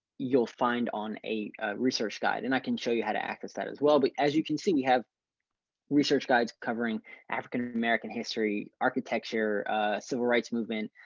you'll find on a research guide and i can show you how to access that as well. but as you can see we have research guides covering african american history, architecture civil rights movement,